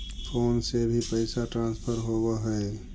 Phone से भी पैसा ट्रांसफर होवहै?